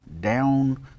down